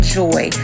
joy